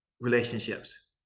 relationships